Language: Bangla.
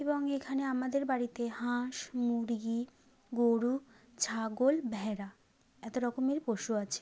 এবং এখানে আমাদের বাড়িতে হাঁস মুরগি গরু ছাগল ভেড়া এতরকমের পশু আছে